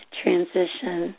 transition